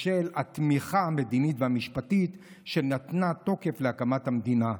בשל התמיכה המדינית והמשפטית שנתנה תוקף להקמת המדינה,